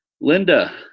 Linda